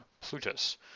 Plutus